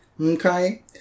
okay